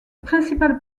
principale